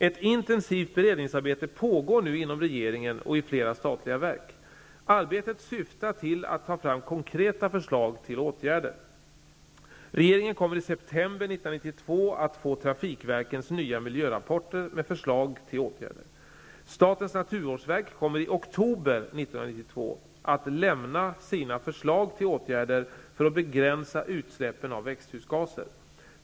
Ett intensivt beredningsarbete pågår nu inom regeringen och i flera statliga verk. Arbetet syftar till att ta fram konkreta förslag till åtgärder. Regeringen kommer i september 1992 att få trafikverkens nya miljörapporter med förslag till åtgärder. Statens naturvårdsverk kommer i oktober 1992 att lämna sina förslag till åtgärder för att begränsa utsläppen av växthusgaser.